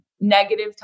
negative